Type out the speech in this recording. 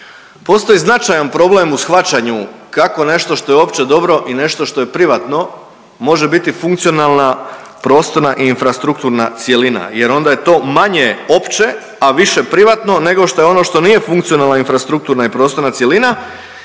Postoji značajan problem u shvaćanju kako nešto što je opće dobro i nešto što je privatno može biti funkcionalna prostorna i infrastrukturna cjelina jer onda je to manje opće, a više privatno nego što je ono što nije funkcionalna infrastruktura i prostorna cjelina